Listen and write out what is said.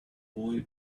boy